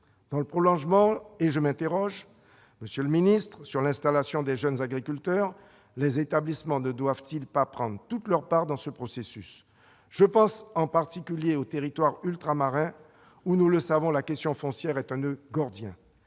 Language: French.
les étudiants. Je m'interroge, monsieur le ministre, sur l'installation des jeunes agriculteurs : les établissements ne doivent-ils pas prendre toute leur part dans ce processus ? Je pense en particulier aux territoires ultramarins où, nous le savons, la question foncière est un noeud gordien.